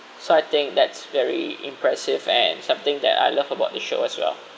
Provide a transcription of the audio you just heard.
so I think that's very impressive and something that I love about this show as well